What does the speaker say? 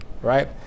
right